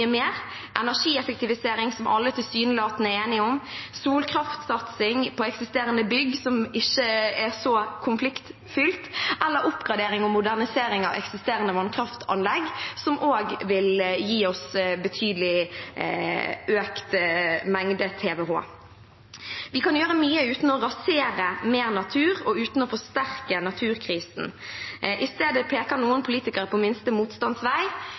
mer: energieffektivisering, som alle tilsynelatende er enige om; solkraftsatsing på eksisterende bygg, som ikke er så konfliktfylt; eller oppgradering og modernisering av eksisterende vannkraftanlegg, som også vil gi oss betydelig økt mengde TWh. Vi kan gjøre mye uten å rasere mer natur og uten å forsterke naturkrisen. I stedet peker noen politikere på minste